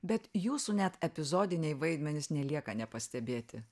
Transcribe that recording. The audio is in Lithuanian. bet jūsų net epizodiniai vaidmenys nelieka nepastebėti